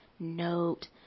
Note